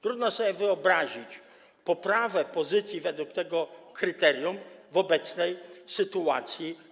Trudno sobie wyobrazić poprawę pozycji Polski według tego kryterium w obecnej sytuacji.